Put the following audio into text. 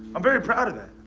i'm very proud of that.